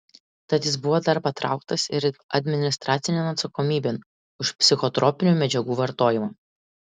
tad jis buvo dar patrauktas ir administracinėn atsakomybėn už psichotropinių medžiagų vartojimą